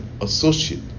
associate